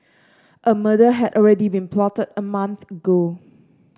a murder had already been plotted a month ago